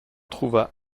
trouva